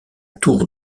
tour